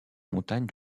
montagne